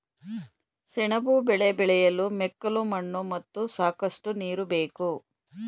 ಸೆಣಬು ಬೆಳೆ ಬೆಳೆಯಲು ಮೆಕ್ಕಲು ಮಣ್ಣು ಮತ್ತು ಸಾಕಷ್ಟು ನೀರು ಬೇಕು